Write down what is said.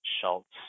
Schultz